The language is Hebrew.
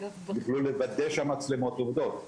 יוכלו לוודא שהמצלמות עובדות.